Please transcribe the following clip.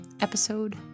episode